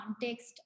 context